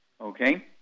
Okay